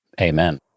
Amen